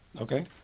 Okay